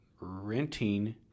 renting